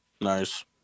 Nice